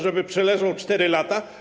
Żeby przeleżał 4 lata?